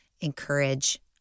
encourage